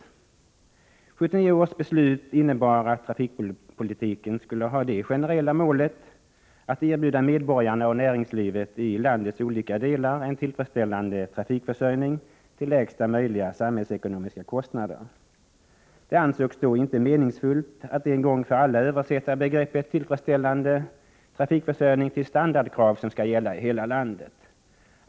1979 års beslut innebar att trafikpolitiken skulle ha det generella målet att erbjuda medborgarna och näringslivet i landets olika delar en tillfredsställande trafikförsörjning till lägsta möjliga samhällsekonomiska kostnader. Det ansågs dock inte meningsfullt att en gång för alla översätta begreppet tillfredsställande trafikförsörjning till standardkrav som skall gälla i hela landet.